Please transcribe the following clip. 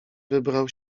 wybrał